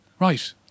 Right